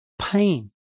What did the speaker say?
pain